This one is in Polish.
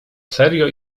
serio